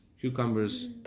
cucumbers